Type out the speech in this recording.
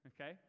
okay